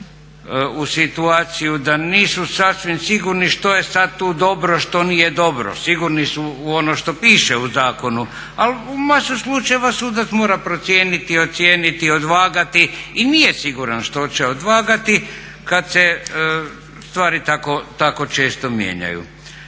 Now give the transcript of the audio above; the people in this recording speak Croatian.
u situaciju da nisu sasvim sigurni što je sada tu dobro, što nije dobro. Sigurni su u ono što piše u zakonu. Ali u masu slučajeva sudac mora procijeniti, ocijeniti, odvagati i nije siguran što će odvagati kada se stvari tako često mijenjaju.